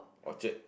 Orchard